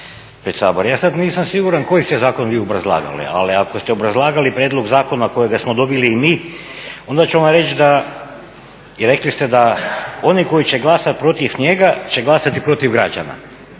pred Sabor. Ja sad nisam siguran koji ste zakon vi obrazlagali, ali ako ste obrazlagali prijedlog zakona kojega smo dobili i mi onda ću vam reći da i rekli ste da oni koji će glasat protiv njega će glasati protiv građana